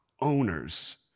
owners